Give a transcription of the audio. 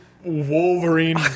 Wolverine